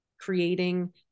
creating